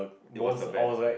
it was the ban